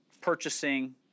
purchasing